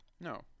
No